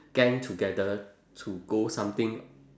gang together to go something